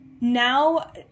now